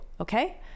okay